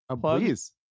please